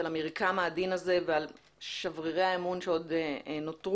המרקם העדין הזה ועל שברירי האמון שעוד נותרו.